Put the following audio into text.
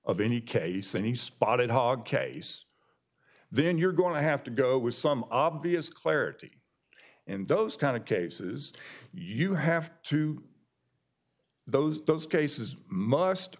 of any case that he spotted hog case then you're going to have to go with some obvious clarity in those kind of cases you have to those those cases must